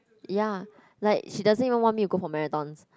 ya like she doesn't even want me to go for marathons